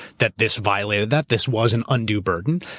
that this violated that. this was an undue burden.